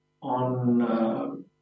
on